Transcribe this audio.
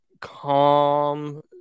calm